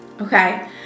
Okay